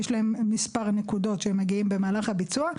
יש להם מספר נקודות שהם מגיעים בהם במהלך הביצוע,